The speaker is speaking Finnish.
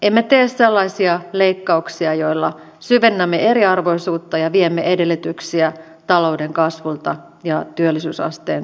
emme tee sellaisia leikkauksia joilla syvennämme eriarvoisuutta ja viemme edellytyksiä talouden kasvulta ja työllisyysasteen kasvulta